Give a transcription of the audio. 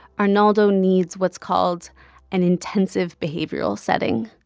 arnaldo needs what's called an intensive behavioral setting.